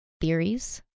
theories